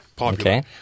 Okay